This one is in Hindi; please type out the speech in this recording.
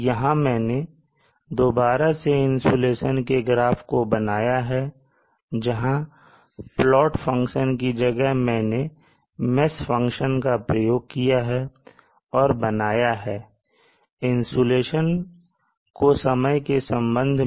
यहां मैंने दोबारा से इंसुलेशन के ग्राफ को बनाया है जहां plot फंक्शन की जगह मैंने mesh फंक्शन का प्रयोग किया है और बनाया है इंसुलेशन को समय के संबंध में